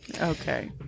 Okay